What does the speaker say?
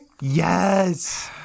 Yes